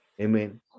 Amen